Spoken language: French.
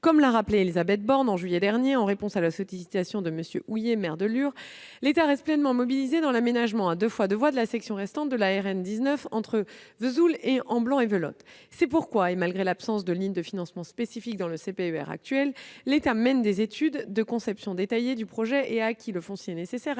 Comme l'a rappelé Élisabeth Borne en juillet dernier en réponse à la sollicitation de M. Houlley, maire de Lure, l'État reste pleinement mobilisé dans l'aménagement à deux fois deux voies de la section restante de la RN 19 entre Vesoul et Amblans-et-Velotte. C'est pourquoi, malgré l'absence de ligne de financement spécifique dans le CPER actuel, il mène les études de conception détaillée du projet et a acquis le foncier nécessaire